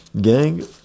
Gang